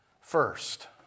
First